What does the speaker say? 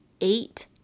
eight